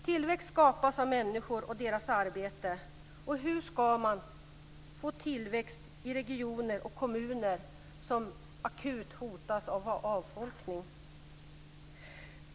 Tillväxt skapas av människor och deras arbete. Hur ska man få tillväxt i regioner och kommuner som akut hotas av avfolkning?